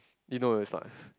you know it's not